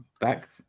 back